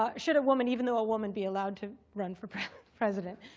ah should a woman, even though a woman, be allowed to run for president.